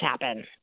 happen